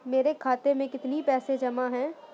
मेरे खाता में कितनी पैसे जमा हैं?